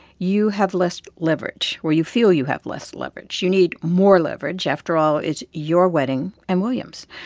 you have less leverage or you feel you have less leverage. you need more leverage. after all, it's your wedding and william's.